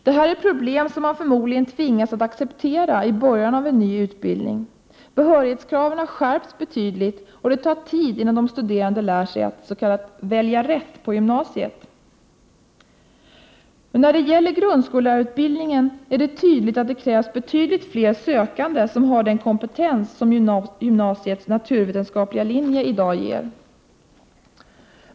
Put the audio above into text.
Det är problem som man förmodligen tvingas att acceptera i början av en ny utbildning. Behörighetskraven har skärpts betydligt, och det tar tid innan de studerande lär sig att så att säga välja rätt på gymnasiet. När det gäller grundskollärarutbildningen är det tydligt att det krävs betydligt fler sökande som har den kompetens som gymnasiets naturvetenskapliga linje i dag ger.